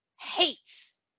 hates